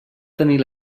tenir